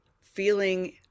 feeling